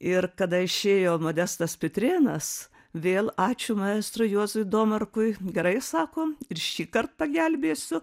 ir kada išėjo modestas pitrėnas vėl ačiū maestrui juozui domarkui gerai sako ir šįkart pagelbėsiu